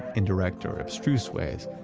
in direct or abstruse ways,